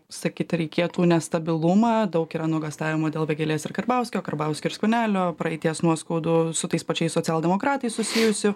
sakyt reikėtų nestabilumą daug yra nuogąstavimų dėl vėgėlės ir karbauskio karbauskio ir skvernelio praeities nuoskaudų su tais pačiais socialdemokratais susijusių